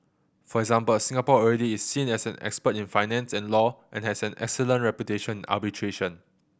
for example Singapore already is seen as an expert in finance and law and has an excellent reputation arbitration